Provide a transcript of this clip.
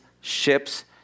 ships